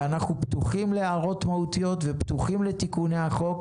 ואנחנו פתוחים להערות מהותיות ופתוחים לתיקוני החוק,